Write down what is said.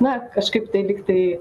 na kažkaip tai lygtai